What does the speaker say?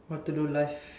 what to do life